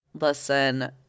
Listen